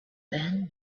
then